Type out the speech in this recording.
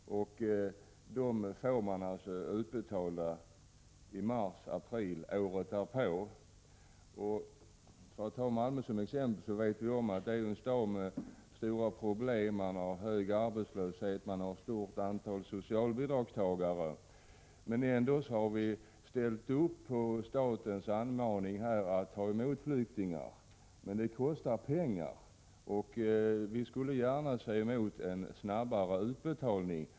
Ersättning för dessa kostnader utbetalas alltså i mars eller i april året därpå. Vi vet att man i Malmö har stora problem med hög arbetslöshet och ett stort antal socialbidragstagare. Ändå har man där ställt upp på statens uppmaning att ta emot flyktingar. Men det kostar pengar, och vi skulle ju gärna se en snabbare utbetalning.